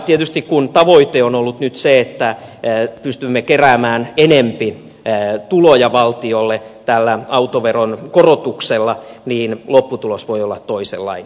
tietysti kun tavoite on ollut nyt se että pystymme keräämään enempi tuloja valtiolle tällä autoveron korotuksella niin lopputulos voi olla toisenlainen